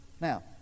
Now